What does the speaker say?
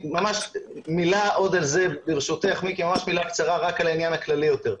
ממש מילה קצרה על העניין הכללי יותר.